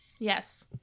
Yes